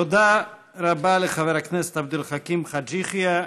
תודה רבה לחבר הכנסת עבד אל חכים חאג' יחיא.